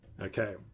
Okay